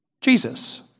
Jesus